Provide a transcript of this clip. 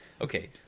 okay